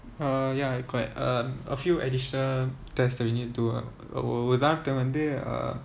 ah ya correct um a few additional test that you need to do err வந்து:vanthu uh